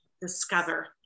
discover